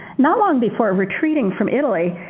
not long before retreating from italy,